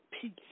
peace